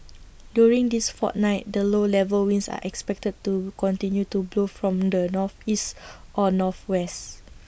during this fortnight the low level winds are expected to continue to blow from the northeast or northwest